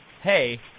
Hey